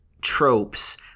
tropes